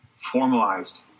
formalized